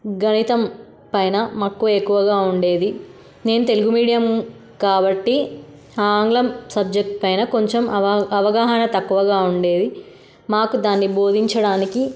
గణితం పైన మక్కువ ఎక్కువగా ఉండేది నేను తెలుగు మీడియం కాబట్టి ఆగ్లం సబ్జెక్ట్పైన కొంచెం అవ అవగాహన తక్కువగా ఉండేది మాకు దాన్ని బోధించడానికి